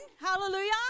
Hallelujah